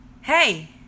hey